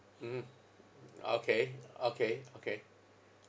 mm okay okay okay